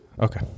Okay